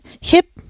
hip